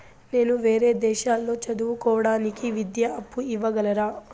నేను వేరే దేశాల్లో చదువు కోవడానికి విద్యా అప్పు ఇవ్వగలరా?